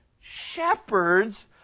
shepherds